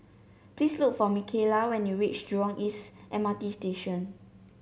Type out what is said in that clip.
please look for Micaela when you reach Jurong East M R T Station